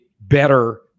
better